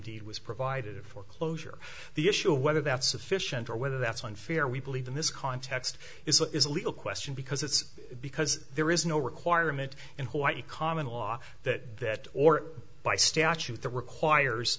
deed was provided for closure the issue of whether that's sufficient or whether that's unfair we believe in this context it is a legal question because it's because there is no requirement in hawaii common law that or by statute that requires